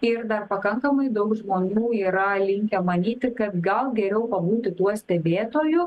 ir dar pakankamai daug žmonių yra linkę manyti kad gal geriau pabūti tuo stebėtoju